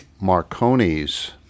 Marconi's